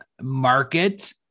market